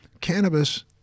cannabis